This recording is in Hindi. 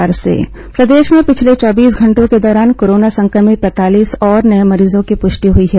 कोरोना मरीज प्रदेश में पिछले चौबीस घंटों के दौरान कोरोना संक्रमित पैंतालीस और नए मरीजों की पुष्टि हुई है